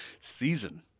season